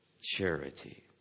Charity